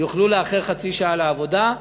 יוכלו לאחר חצי שעה לעבודה,